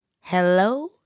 Hello